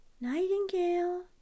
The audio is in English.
nightingale